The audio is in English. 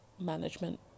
management